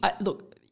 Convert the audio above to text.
look